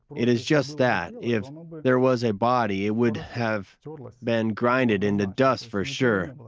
it is just that, if there was a body, it would have sort of been grinded into dust for sure.